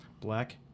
Black